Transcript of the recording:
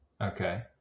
okay